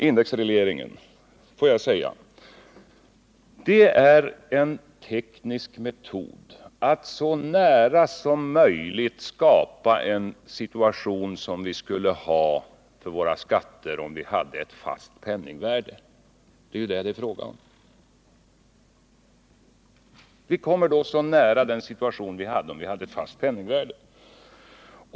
Indexreglering är en teknisk metod att så nära som möjligt skapa den situation som vi skulle ha i fråga om våra skatter, om vi hade ett fast penningvärde. Det är vad det är fråga om.